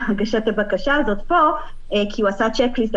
את הגשת הבקשה הזו פה כי הוא עשה צ'ק ליסט,